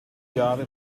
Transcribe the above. chiave